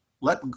let